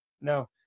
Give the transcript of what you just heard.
No